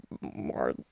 more